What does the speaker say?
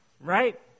Right